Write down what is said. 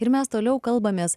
ir mes toliau kalbamės